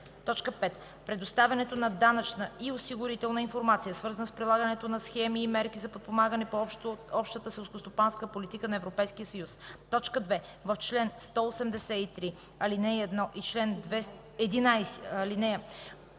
т. 5: „5. предоставянето на данъчна и осигурителна информация, свързана с прилагането на схеми и мерки за подпомагане по Общата селскостопанска политика на Европейския съюз.”. 2. В чл. 183, ал. 11 и чл. 242, ал. 5